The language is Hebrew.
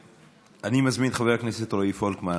אני מזמין את חבר הכנסת רועי פולקמן.